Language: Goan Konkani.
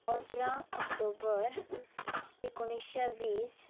अठरा ऑक्टोबर एकोणिश्शे वीस